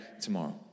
tomorrow